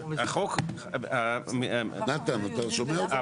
אז אני אומר, החוק --- נתן, אתה שומע אותו?